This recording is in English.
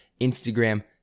Instagram